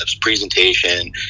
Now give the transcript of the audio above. presentation